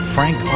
Frank